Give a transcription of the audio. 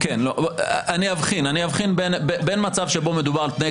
אני אבחין בין מצב שבו מדובר על תנאי